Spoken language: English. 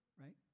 right